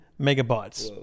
megabytes